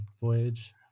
voyage